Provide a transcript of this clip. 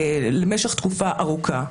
למשך תקופה ארוכה,